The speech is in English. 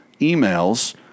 emails